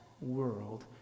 world